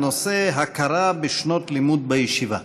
הנושא: הכרה בשנות לימוד בישיבה.